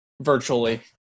virtually